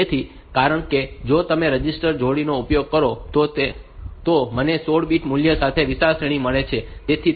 તેથી કારણ કે જો તમે રજિસ્ટર જોડીનો ઉપયોગ કરો તો મને 16 બીટ મૂલ્ય સાથે વિશાળ શ્રેણી મળી છે